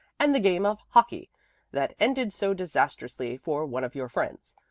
and the game of hockey that ended so disastrously for one of your friends.